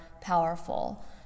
powerful